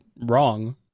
wrong